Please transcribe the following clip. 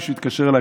מישהו התקשר אליי,